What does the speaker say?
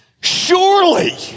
surely